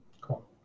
Cool